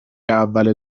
اول